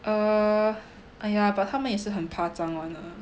err !aiya! but 他们也是很夸张 [one] lah